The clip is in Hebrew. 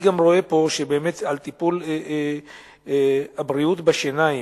אני גם רואה פה שעל טיפול בבריאות בשיניים,